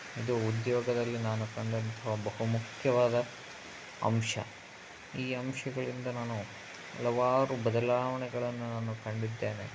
ಇದು ಉದ್ಯೋಗದಲ್ಲಿ ನಾನು ಕಂಡಂಥ ಬಹುಮುಖ್ಯವಾದ ಅಂಶ ಈ ಅಂಶಗಳಿಂದ ನಾನು ಹಲವಾರು ಬದಲಾವಣೆಗಳನ್ನು ನಾನು ಕಂಡಿದ್ದೇನೆ